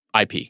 IP